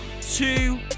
two